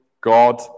God